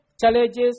challenges